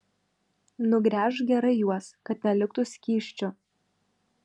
nugręžk gerai juos kad neliktų skysčio